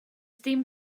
dim